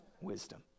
wisdom